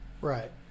Right